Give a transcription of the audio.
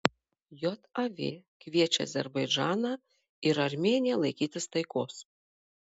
jav kviečia azerbaidžaną ir armėniją laikytis taikos